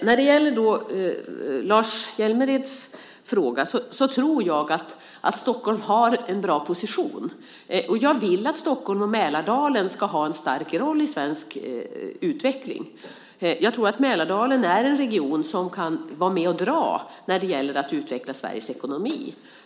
När det gäller Lars Hjälmereds fråga tror jag att Stockholm har en bra position. Och jag vill att Stockholm och Mälardalen ska ha en stark roll i svensk utveckling. Jag tror att Mälardalen är en region som kan vara med och dra när det gäller att utveckla Sveriges ekonomi.